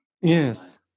Yes